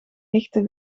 nichten